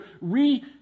re